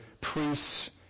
priests